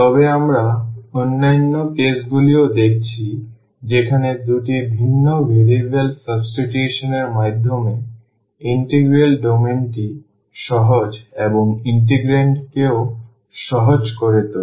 তবে আমরা অন্যান্য কেসগুলিও দেখেছি যেখানে দুটি ভিন্ন ভেরিয়েবল সাবস্টিটিউশন এর মাধ্যমে ইন্টিগ্রাল ডোমেইনটি সহজ এবং ইন্টিগ্রান্ডকেও সহজ করে তোলে